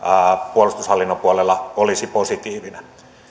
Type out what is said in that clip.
puolustushallinnon puolella olisi positiivinen